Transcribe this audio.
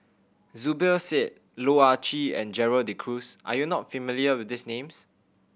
Zubir Said Loh Ah Chee and Gerald De Cruz are you not familiar with these names